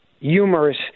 humorous